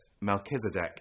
Melchizedek